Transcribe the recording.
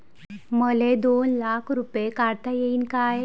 मले दोन लाख रूपे काढता येईन काय?